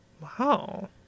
wow